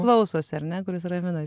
klausosi ar ne kuris ramina